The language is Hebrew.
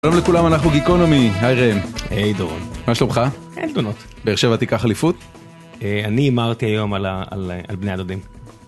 שלום לכולם אנחנו גיקונומי, היי רן, היי דורון, מה שלומך? אין תלונות. באר שבע תיקח אליפות? אני הימרתי היום על בני הדודים.